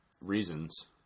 reasons